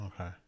okay